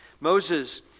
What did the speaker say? Moses